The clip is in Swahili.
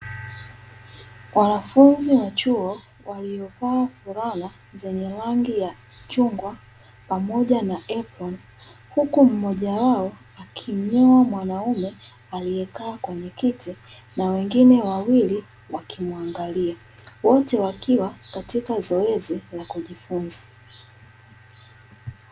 Wanafunzi wa chuo waliovaa fulana zenye rangi ya chungwa pamoja na aproni, huku mmoja wao akimnyoa mwanaume aliyekaa kwenye kiti na wengine wawili wakimuangalia, wote wakiwa katika zoezi la kujifunza.